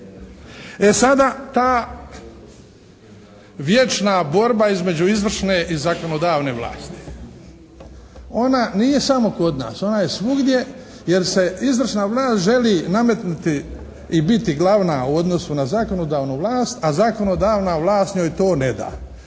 E sada ta vječna borba između izvršne i zakonodavne vlasti. Ona nije samo kod nas, ona je svugdje. Jer se izvršna vlast želi nametnuti i biti glavna u odnosu na zakonodavnu vlast, a zakonodavna vlast njoj to ne da.